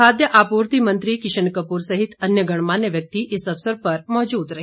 खाद्य आपूर्ति मंत्री किशन कपूर सहित अन्य गणमान्य व्यक्ति इस अवसर पर मौजूद रहे